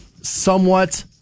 somewhat